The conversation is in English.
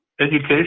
education